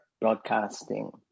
broadcasting